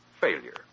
failure